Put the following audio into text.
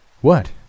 What